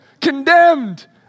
condemned